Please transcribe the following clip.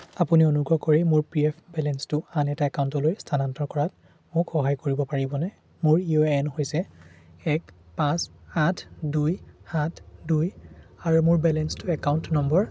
আপুনি অনুগ্ৰহ কৰি মোৰ পি এফ বেলেন্সটো আন এটা একাউণ্টলৈ স্থানান্তৰ কৰাত মোক সহায় কৰিব পাৰিবনে মোৰ ইউ এ এন হৈছে এক পাঁচ আঠ দুই সাত দুই আৰু মই বেলেন্সটো একাউণ্ট নম্বৰ